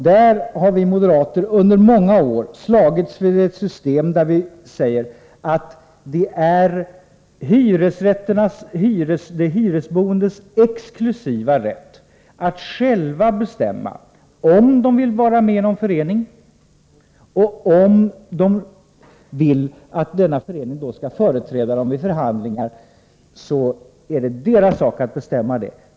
Där har vi moderater under många år slagits för hyresboendes exklusiva rätt att själva bestämma om de vill vara med i någon förening och om denna förening skall företräda dem i förhandlingen. Det skall alltså vara hyresgästernas sak att bestämma detta.